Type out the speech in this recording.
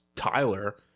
Tyler